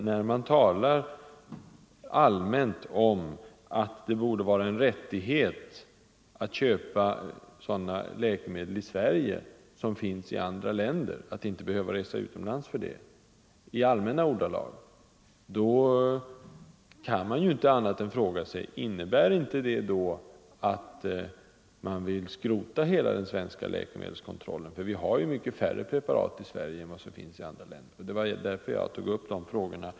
När ni i allmänna ordalag talar om att det borde vara en rättighet att köpa sådana läkemedel i Sverige som finns i andra länder, och att man inte borde behöva resa utomlands för det, kan jag inte annat än fråga: Innebär inte det — eftersom vi har mycket färre preparat i Sverige än man har i andra länder — att ni vill skrota hela den svenska läkemedelskontrollen? Det var därför jag tog upp de frågorna.